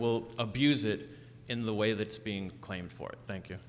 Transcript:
will abuse it in the way that it's being claimed for thank you